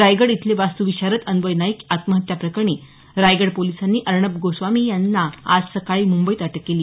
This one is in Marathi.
रायगड इथले वास्तुविशारद अन्वय नाईक आत्महत्या प्रकरणी रायगड पोलिसांनी अर्णब गोस्वामी यांना आज सकाळी मुंबईत अटक केली